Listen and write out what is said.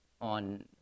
on